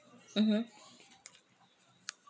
mmhmm